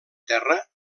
terra